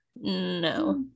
No